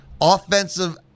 Offensive